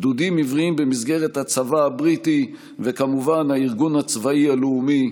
גדודים עבריים במסגרת הצבא הבריטי וכמובן הארגון הצבאי הלאומי,